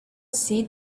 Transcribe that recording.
see